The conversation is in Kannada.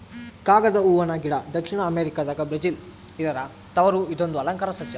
ಕಾಗದ ಹೂವನ ಗಿಡ ದಕ್ಷಿಣ ಅಮೆರಿಕಾದ ಬ್ರೆಜಿಲ್ ಇದರ ತವರು ಇದೊಂದು ಅಲಂಕಾರ ಸಸ್ಯ